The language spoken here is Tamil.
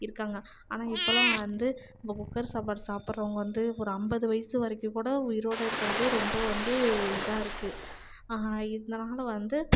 இருக்காங்க ஆனால் இப்போலாம் வந்து இந்த குக்கர் சாப்பாடு சாப்பிட்றவுங்க வந்து ஒரு ஐம்பது வயது வரைக்கும் கூட உயிரோடு இருக்கிறதே ரொம்ப வந்து இதாக இருக்கு ஆனால் இதனால் வந்து